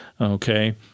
Okay